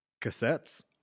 cassettes